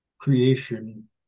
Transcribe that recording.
creation